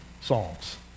songs